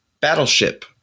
battleship